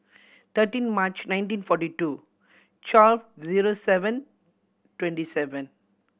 thirteen March nineteen forty two twelve zero seven twenty seven